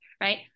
right